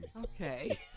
Okay